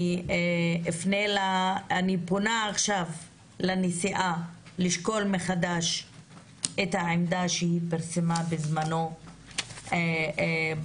אני פונה עכשיו לנשיאה לשקול מחדש את העמדה שהיא פרסמה בזמנו בנושא,